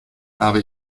habe